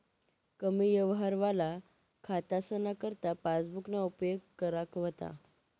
कमी यवहारवाला खातासना करता पासबुकना उपेग करा व्हता